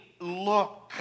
look